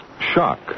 shock